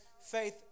Faith